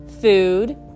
Food